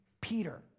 Peter